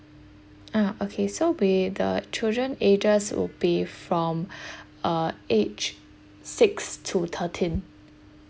uh okay so we the children ages will be from uh age six to thirteen